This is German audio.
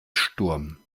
sturm